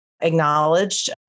acknowledged